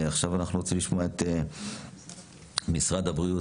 עכשיו אנחנו רוצים לשמוע את משרד הבריאות,